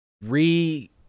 re